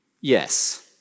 Yes